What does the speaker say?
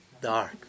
dark